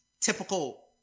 typical